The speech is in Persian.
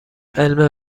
علم